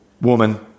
woman